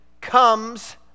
comes